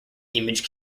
image